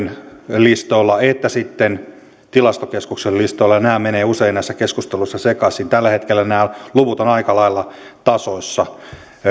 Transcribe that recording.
listoilla että sitten niitä jotka ovat tilastokeskuksen listoilla ja nämähän menevät usein näissä keskusteluissa sekaisin tällä hetkellä nämä luvut ovat aika lailla tasoissa